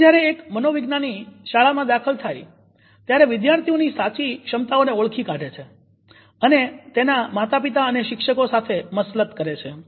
તેથી જ્યારે એક મનોવિજ્ઞાની શાળામાં દાખલ થાય ત્યારે વિધ્યાર્થીઓની સાચી ક્ષમતાઓને ઓળખી કાઢે છે અને તેના માતા પિતા અને શિક્ષકો સાથે મસલત કરે છે